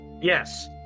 Yes